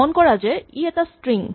মন কৰা যে ই এটা স্ট্ৰিং